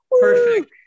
perfect